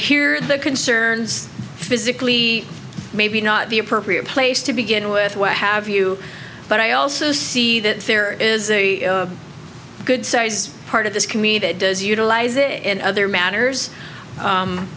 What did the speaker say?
hear the concerns physically maybe not the appropriate place to begin with what have you but i also see that there is a good sized part of this community that does utilize it in other matters